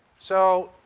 so